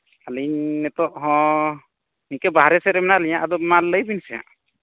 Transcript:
ᱟᱹᱞᱤᱧ ᱱᱤᱛᱚᱜ ᱦᱚᱸ ᱤᱱᱠᱟᱹ ᱵᱟᱦᱨᱮ ᱥᱮᱫ ᱨᱮ ᱢᱮᱱᱟᱜ ᱞᱤᱧᱟᱹ ᱟᱫᱚ ᱢᱟ ᱞᱟᱹᱭ ᱵᱤᱱ ᱥᱮ ᱦᱟᱸᱜ